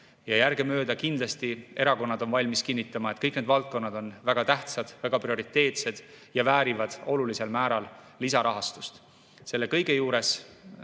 ja järgemööda on erakonnad kindlasti valmis kinnitama, et kõik need valdkonnad on väga tähtsad, prioriteetsed ja väärivad olulisel määral lisarahastust. Selle kõige juures